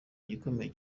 gikomeye